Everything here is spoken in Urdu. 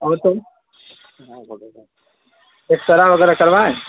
اور کوئی ایکسرے وغیرہ کروائیں